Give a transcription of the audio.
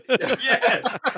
Yes